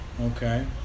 Okay